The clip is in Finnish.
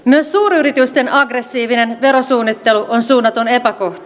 myös suuryritysten aggressiivinen verosuunnittelu on suunnaton epäkohta